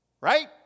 Right